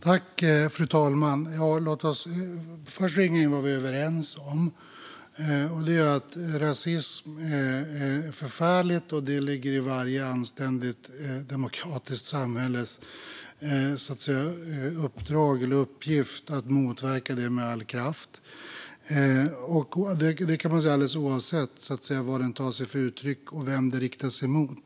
Fru talman! Låt oss först ringa in vad vi är överens om, och det är att rasism är förfärligt. Det ligger i varje anständigt demokratiskt samhälles uppdrag och uppgift att motverka det med all kraft. Det kan man säga alldeles oavsett vad den tar sig för uttryck och vem det riktar sig emot.